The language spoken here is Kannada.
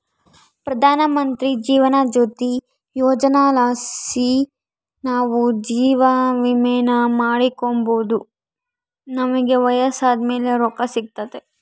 ಪ್ರಧಾನಮಂತ್ರಿ ಜೀವನ ಜ್ಯೋತಿ ಯೋಜನೆಲಾಸಿ ನಾವು ಜೀವವಿಮೇನ ಮಾಡಿಕೆಂಬೋದು ನಮಿಗೆ ವಯಸ್ಸಾದ್ ಮೇಲೆ ರೊಕ್ಕ ಸಿಗ್ತತೆ